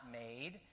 made